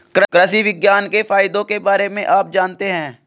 कृषि विज्ञान के फायदों के बारे में आप जानते हैं?